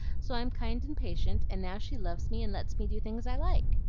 so i'm kind and patient, and now she loves me and lets me do things i like.